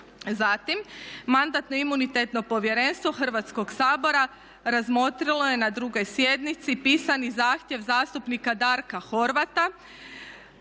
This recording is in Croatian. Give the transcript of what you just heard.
Zatim, Mandatno-imunitetno povjerenstvo Hrvatskog sabora razmotrilo je na 2. sjednici pisani zahtjev zastupnika Darka Horvata